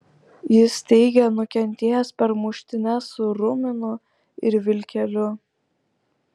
jis teigė nukentėjęs per muštynes su ruminu ir vilkeliu